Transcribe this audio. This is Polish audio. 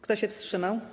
Kto się wstrzymał?